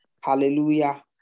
Hallelujah